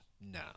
No